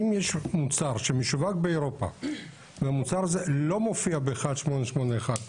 אם יש מוצר שמשווק באירופה ומוצר זה לא מופיע ב-1881,